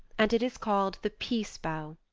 and it is called the peace bough.